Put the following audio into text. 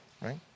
right